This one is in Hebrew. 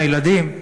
הילדים,